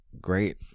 Great